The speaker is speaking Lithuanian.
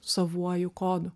savuoju kodu